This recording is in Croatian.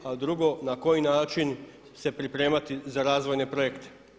A drugo, na koji način se pripremati za razvojne projekte.